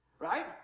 Right